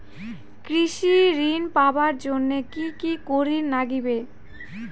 কৃষি ঋণ পাবার জন্যে কি কি করির নাগিবে?